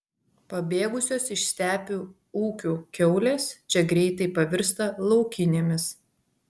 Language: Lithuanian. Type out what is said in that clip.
pabėgusios iš stepių ūkių kiaulės čia greitai pavirsta laukinėmis